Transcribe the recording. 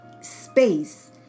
space